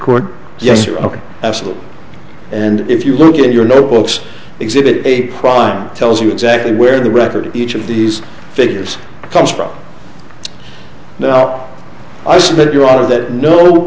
ok absolutely and if you look at your notebooks exhibit a prime tells you exactly where the record each of these figures comes from now i